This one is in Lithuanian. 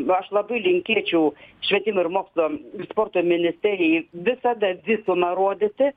nu aš labai linkėčiau švietimo ir mokslo sporto ministerijai visada visumą rodyti